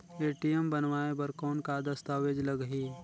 ATM बनवाय बर कौन का दस्तावेज लगही?